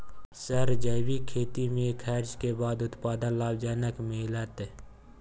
Sir जैविक खेती में खर्च के बाद उत्पादन लाभ जनक मिलत?